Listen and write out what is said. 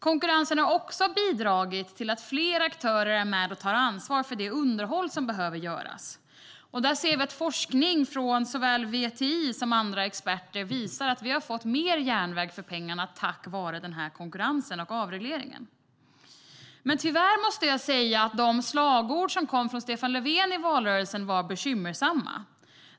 Konkurrensen har också bidragit till att fler aktörer är med och tar ansvar för det underhåll som behöver göras. Forskning från såväl VTI som andra experter visar att vi har fått mer järnväg för pengarna tack vare konkurrensen och avregleringen. Men tyvärr måste jag säga att de slagord som kom från Stefan Löfven i valrörelsen var bekymmersamma.